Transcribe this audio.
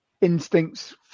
instincts